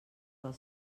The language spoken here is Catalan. del